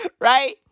Right